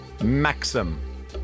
Maxim